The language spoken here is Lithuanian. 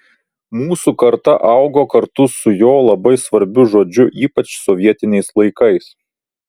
mūsų karta augo kartu su jo labai svarbiu žodžiu ypač sovietiniais laikais